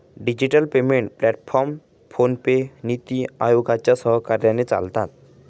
digital payment platform PhonePe, नीति आयोगाच्या सहकार्याने चालतात